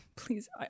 Please